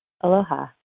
Aloha